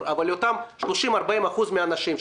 יותר נמוכה שם ולהם אני לא יכול לתת וחבל.